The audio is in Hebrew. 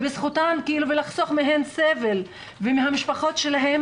ולחסוך מהן סבל ומהמשפחות שלהן,